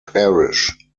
parish